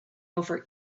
over